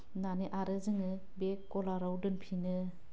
नानै आरो जोङो बे गलाराव दोनफिनो